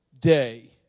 day